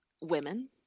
women